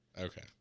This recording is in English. okay